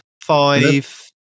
Five